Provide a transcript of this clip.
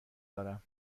دارم